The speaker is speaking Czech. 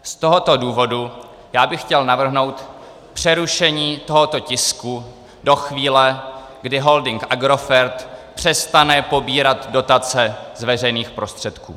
Z tohoto důvodu bych chtěl navrhnout přerušení tohoto tisku do chvíle, kdy holding Agrofert přestane pobírat dotace z veřejných prostředků.